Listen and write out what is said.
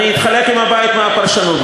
אני אחלוק עם הבית מה הפרשנות.